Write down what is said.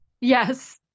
yes